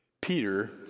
Peter